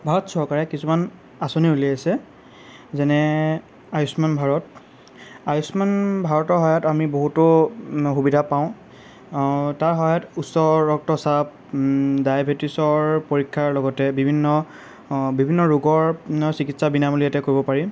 ভাৰত চৰকাৰে কিছুমান আঁচনি উলিয়াইছে যেনে আয়ুস্মান ভাৰত আয়ুস্মান ভাৰতৰ সহায়ত আমি বহুতো সুবিধা পাওঁ তাৰ সহায়ত উচ্চ ৰক্তচাপ ডাইবেটিছৰ পৰীক্ষাৰ লগতে বিভিন্ন বিভিন্ন ৰোগৰ চিকিৎসা বিনামূলীয়াতে কৰিব পাৰি